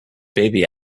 baby